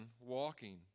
walking